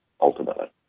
ultimately